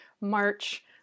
March